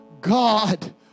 God